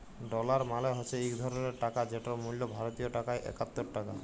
dollar মালে হছে ইক ধরলের টাকা যেটর মূল্য ভারতীয় টাকায় একাত্তর টাকা